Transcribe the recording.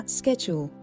schedule